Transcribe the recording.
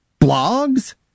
blogs